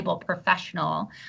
professional